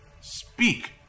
Speak